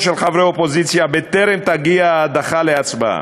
של חברי אופוזיציה בטרם תגיע ההדחה להצבעה.